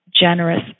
generous